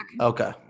Okay